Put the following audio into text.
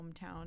hometown